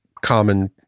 common